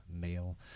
male